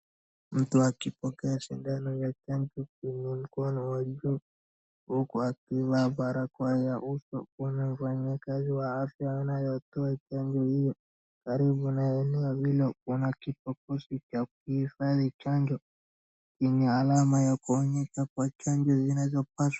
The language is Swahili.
Mtu akipokea sindano ya chanjo kwa mkono wa juu huku akiwa na barakoa ya uso, kuna wafanyikazi wa afya wanaotoa chanjo hiyo karibu na eneo hilo kuna kiboxi cha kuhifadhi chanjo yenye alama ya kuonyesha kuwa chanjo zinazopaswa.